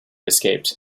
escaped